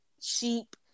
sheep